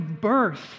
birth